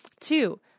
Two